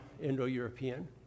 Indo-European